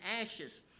ashes